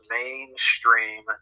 mainstream